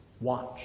Watch